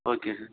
okay sir